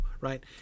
right